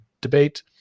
debate